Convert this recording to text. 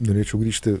norėčiau grįžti